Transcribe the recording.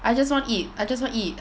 I just want eat I just want eat